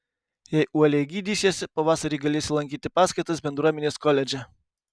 jei uoliai gydysiesi pavasarį galėsi lankyti paskaitas bendruomenės koledže